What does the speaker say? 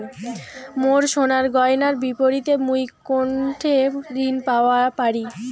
মোর সোনার গয়নার বিপরীতে মুই কোনঠে ঋণ পাওয়া পারি?